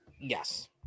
Yes